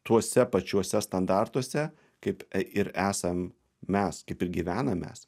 tuose pačiuose standartuose kaip ir esam mes kaip ir gyvenam mes